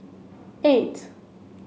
eight